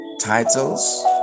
Titles